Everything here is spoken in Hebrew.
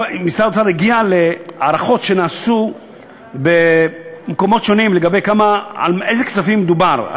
משרד האוצר הגיע להערכות שנעשו במקומות שונים לגבי הכספים שבהם מדובר.